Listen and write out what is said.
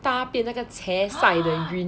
大便那个 che sai 的 green